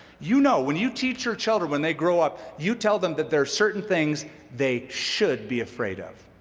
you know, when you teach your children when they grow up, you tell them that there's certain things they should be afraid of,